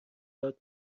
داد